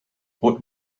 what